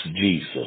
Jesus